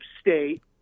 state